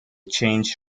changed